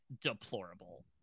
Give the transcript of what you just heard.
deplorable